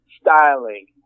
styling